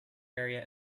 area